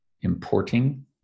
importing